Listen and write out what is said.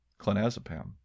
clonazepam